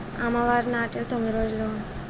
అమ్మవారి నాట్యం తొమ్మిది రోజులు